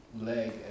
leg